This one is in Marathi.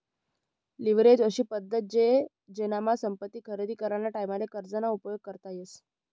लिव्हरेज अशी पद्धत शे जेनामा संपत्ती खरेदी कराना टाईमले कर्ज ना उपयोग करता येस